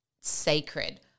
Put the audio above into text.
sacred